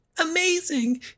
Amazing